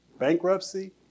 Bankruptcy